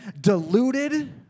diluted